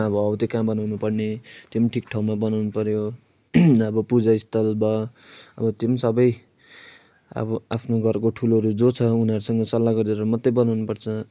अब हौ त्यो कहाँ बनाउनु पर्ने त्यो पनि ठिक ठाउँमा बनाउनु पऱ्यो अब पुजास्थल भयो अब त्यो पनि सबै अब आफ्नो घरको ठुलोहरू जो छ उनीहरूसँग सल्लाह गरेर मात्रै बनाउनु पर्छ